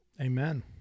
Amen